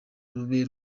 rube